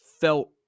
felt